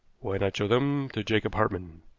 why not show them to jacob hartmann?